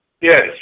Yes